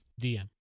DM